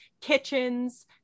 kitchens